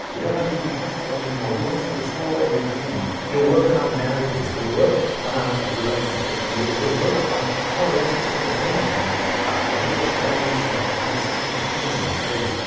we don't know if we can trust god anymore. he wants to restore and redeem, and you'll work on our marriages, and you work on our ah relationships, and he'll work on our relationship with him and maybe the shallowness and understanding of him and his ways,